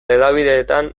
hedabideetan